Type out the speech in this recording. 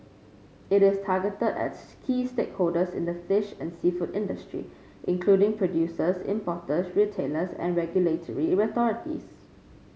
it is targeted at key stakeholders in the fish and seafood industry including producers importers retailers and regulatory authorities